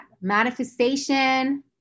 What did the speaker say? Manifestation